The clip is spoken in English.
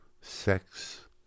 sex